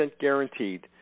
guaranteed